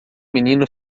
menino